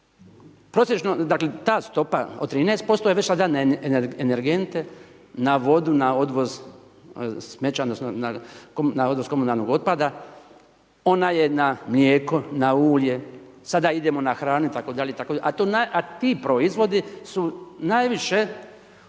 Prosječno, dakle ta stopa od 13% je već na energente, na vodu, na odvoz smeća, odnosno na odvoz komunalnog otpada, ona je na mlijeko, na ulje, sada idemo na hranu itd., a ti proizvodi su najviše uključeni